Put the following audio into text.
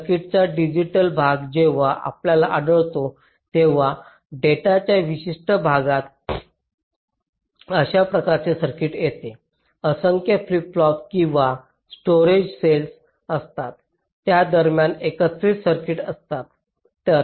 सर्किटचा डिजिटल भाग जेव्हा आपल्याला आढळतो तेव्हा डेटाच्या विशिष्ट मार्गात अशा प्रकारचे सर्किट जेथे असंख्य फ्लिप पॉप किंवा स्टोरेज सेल्स असतात त्या दरम्यान एकत्रित सर्किट असतात